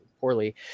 poorly